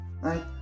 right